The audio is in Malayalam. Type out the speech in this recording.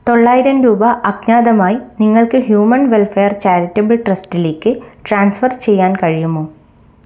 തൊള്ളായിരം രൂപ അജ്ഞാതമായി നിങ്ങൾക്ക് ഹ്യൂമൻ വെൽഫെയർ ചാരിറ്റബിൾ ട്രസ്റ്റിലേക്ക് ട്രാൻസ്ഫർ ചെയ്യാൻ കഴിയുമോ